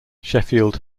sheffield